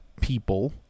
people